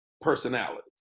personalities